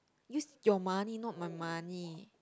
use your money not my money